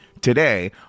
today